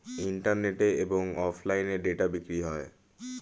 ইন্টারনেটে এবং অফলাইনে ডেটা বিক্রি হয়